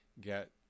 get